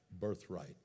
birthright